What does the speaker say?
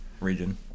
region